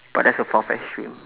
but that's a far fetched dream